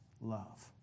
love